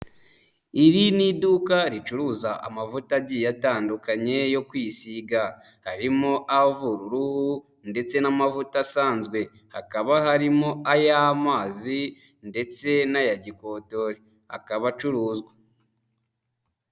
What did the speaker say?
Iri ni iduka ricuruza amavuta agiye atandukanye yo kwisiga, harimo avura uruhu ndetse n'amavuta asanzwe, hakaba harimo ay'amazi ndetse n'aya gikotori akaba acuruzwa.